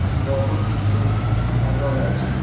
ବହୁତ କିଛି ଆଗରେ ଅଛି